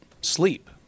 sleep